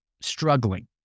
struggling